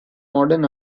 modern